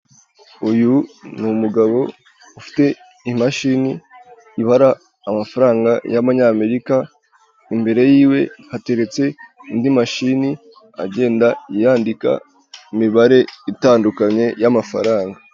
Uyu ni umugabo ufite imashini ibara amafaranga y'amanyamerika imbere yiwe hateretse indi mashini agenda yandika imibare itandukanye y'amafaranga.